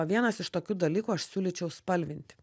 vienas iš tokių dalykų aš siūlyčiau spalvinti